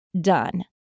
done